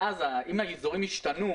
ואז אם האזורים ישתנו,